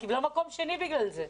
היא קיבלה מקום שני בגלל זה.